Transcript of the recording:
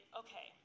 okay